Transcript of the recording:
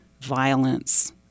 violence